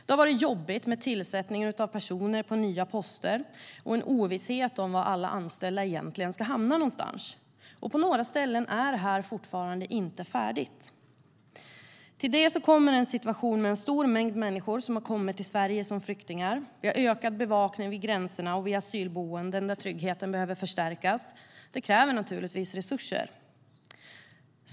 Det har varit jobbigt med tillsättningen av personer på nya poster och en ovisshet om vad alla anställda egentligen ska hamna någonstans, och på några ställen är det fortfarande inte färdigt. Till det kommer en situation med en stor mängd människor som har kommit till Sverige som flyktingar. Vi har ökad bevakning vid gränserna och vid asylboenden där tryggheten behöver förstärkas. Det kräver naturligtvis resurser.